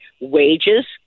wages